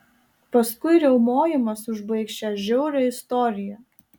paskui riaumojimas užbaigs šią žiaurią istoriją